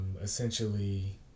Essentially